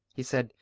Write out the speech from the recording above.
he said,